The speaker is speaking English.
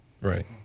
right